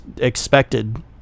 expected